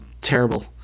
terrible